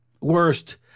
Worst